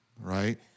right